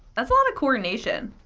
that's a lot of coordination.